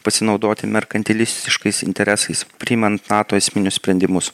pasinaudoti merkantilistiškais interesais priimant nato esminius sprendimus